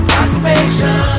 Proclamation